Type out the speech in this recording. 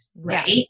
right